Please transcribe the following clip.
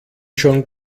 schon